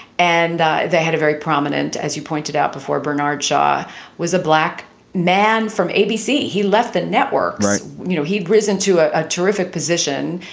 and they had a very prominent as you pointed out before, bernard shaw was a black man from abc. he left the network. you know, he'd risen to ah a terrific position,